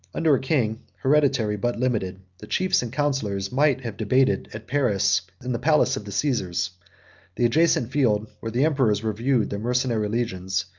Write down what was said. under a king, hereditary, but limited, the chiefs and counsellors might have debated at paris, in the palace of the caesars the adjacent field, where the emperors reviewed their mercenary legions.